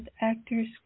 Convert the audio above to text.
actors